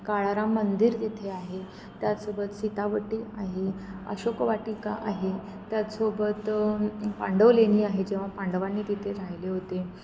काळाराम मंदिर तिथे आहे त्यासोबत सीतावटी आहे अशोक वाटिका आहे त्याचसोबत पांडवलेणी आहे जेव्हा पांडव आणि तिथे राहिले होते